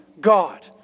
God